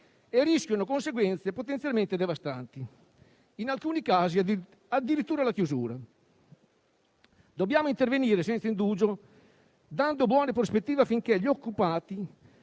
e rischiano conseguenze potenzialmente devastanti, in alcuni casi addirittura la chiusura. Dobbiamo intervenire senza indugio, dando buone prospettive, affinché gli occupati